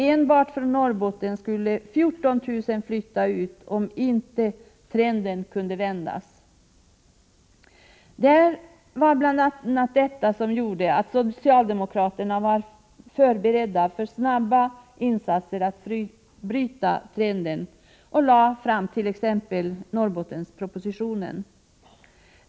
Enbart från Norrbotten skulle 14 000 flytta ut, om trenden inte kunde vändas. Det var bl.a. detta som gjorde att socialdemokraterna var förberedda för snabba insatser för att bryta trenden ocht.ex. lade fram Norrbottenspropositionen.